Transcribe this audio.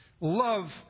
Love